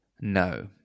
No